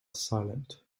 silent